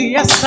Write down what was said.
Yes